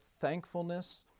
thankfulness